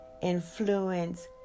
influence